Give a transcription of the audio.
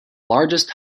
largest